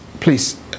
please